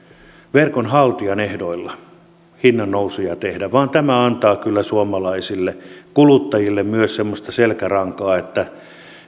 verkonhaltijan ehdoilla hinnannousuja tehdä vaan tämä antaa kyllä suomalaisille kuluttajille myös semmoista selkärankaa että